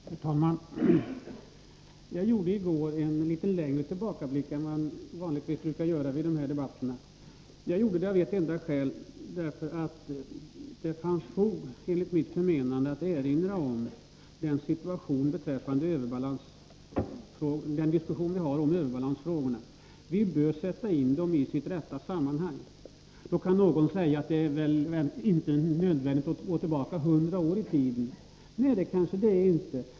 Herr talman! Jag gjorde i går en längre tillbakablick än jag vanligtvis brukar göra i dessa debatter. Jag gjorde det av ett enda skäl. Det fanns enligt mitt förmenande fog för att erinra om den diskussion vi har om överbalansfrågorna. Vi bör sätta in dessa i sitt rätta sammanhang. Då kan någon kanske säga att det inte är nödvändigt att gå tillbaka hundra år i tiden. Nej, det kanske det inte är.